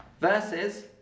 Versus